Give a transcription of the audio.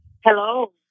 Hello